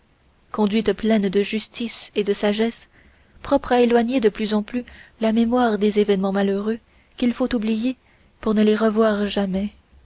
conduite pleine de justice et de sagesse propre à éloigner de plus en plus la mémoire des événements malheureux qu'il faut oublier pour ne les revoir jamais